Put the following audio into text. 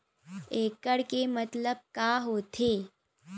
एकड़ के मतलब का होथे?